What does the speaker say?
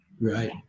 Right